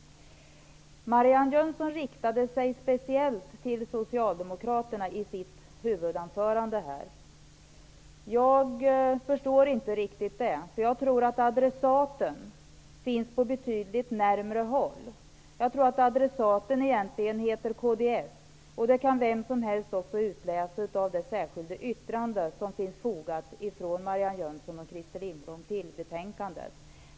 Marianne Jönsson riktade sig speciellt till socialdemokraterna i sitt huvudanförande. Det förstår jag inte riktigt. Jag tror att adressaten finns på betydligt närmare håll. Adressaten heter egentligen kds, och det kan också vem som helst avläsa ur det särskilda yttrandet av Marianne Jönsson och Christer Lindblom, som finns fogat till betänkandet.